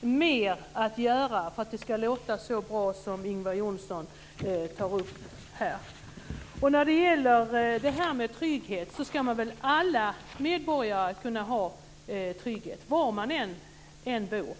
mer att göra för att det ska bli så bra som Ingvar Johnsson får det att låta. När det gäller trygghet, ska väl alla medborgare kunna känna trygghet var man än bor.